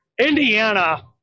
Indiana